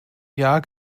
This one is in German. jahr